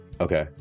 Okay